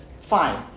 fine